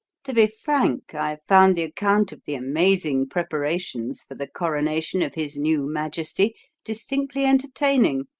to be frank, i found the account of the amazing preparations for the coronation of his new majesty distinctly entertaining.